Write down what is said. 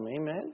amen